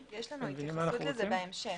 יש לנו התייחסות לזה בהמשך,